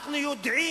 כך אומר הפתגם,